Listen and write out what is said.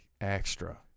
Extra